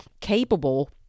capable